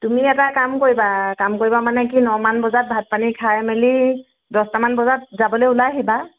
তুমি এটা কাম কৰিবা কাম কৰিব মানে কি নমান বজাত ভাত পানী খাই মেলি দহটামান বজাত যাবলৈ ওলাই আহিবা